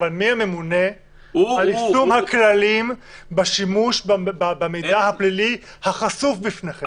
אבל מי הממונה על יישום הכללים בשימוש במידע הפלילי החשוף בפניכם?